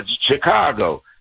Chicago